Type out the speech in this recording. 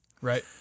Right